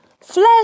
flesh